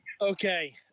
Okay